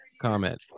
comment